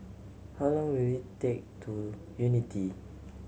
how long will it take to Unity